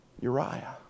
Uriah